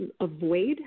avoid